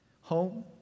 Home